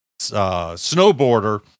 snowboarder